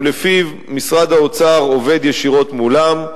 ולפיו משרד האוצר עובד ישירות מולן,